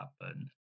happen